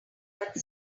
but